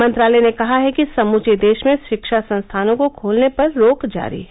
मंत्रालय ने कहा है कि समूचे देश में शिक्षा संस्थानों को खोलने पर रोक जारी है